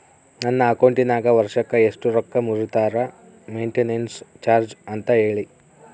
ನನ್ನ ಅಕೌಂಟಿನಾಗ ವರ್ಷಕ್ಕ ಎಷ್ಟು ರೊಕ್ಕ ಮುರಿತಾರ ಮೆಂಟೇನೆನ್ಸ್ ಚಾರ್ಜ್ ಅಂತ ಹೇಳಿ?